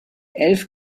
elf